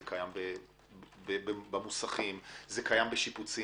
זה קיים במוסכים, זה קיים בשיפוצים.